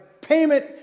payment